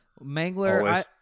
mangler